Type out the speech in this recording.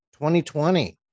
2020